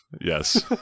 Yes